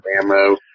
ammo